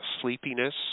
sleepiness